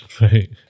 Right